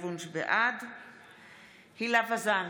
הילה וזאן,